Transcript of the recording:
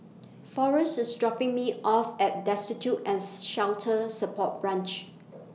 Forest IS dropping Me off At Destitute and Shelter Support Branch